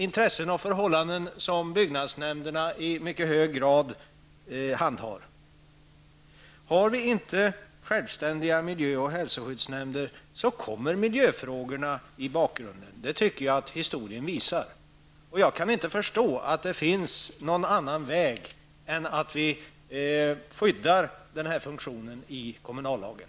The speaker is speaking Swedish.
Intressen och förhållanden som byggnadsnämnderna i mycket hög grad handhar. Om vi inte har självständiga miljö och hälsoskyddsnämnder kommer miljöfrågorna i bakgrunden. Det tycker jag att historien visar. Jag kan inte förstå att det finns någon annan väg att gå, än att vi skyddar den här funktionen i kommunallagen.